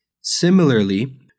Similarly